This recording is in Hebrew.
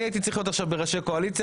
אני הייתי צריך להיות עכשיו בראשי קואליציה.